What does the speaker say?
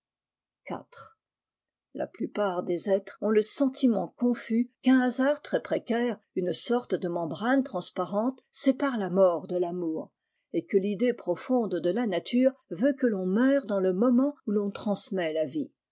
la plupart des êtres ont le sentiment confus qu'un hasard très précaire une sorte de membrane transparente sépare la mort de l'amour et que l'idée profonde de la nature veut que l'on meure dans le moment où l'on transmet la vie